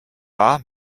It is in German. war